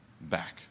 back